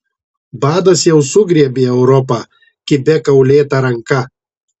badas jau sugriebė europą kibia kaulėta ranka